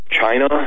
China